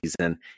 season